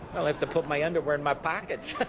i'll have to put my underwear in my pocket.